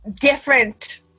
different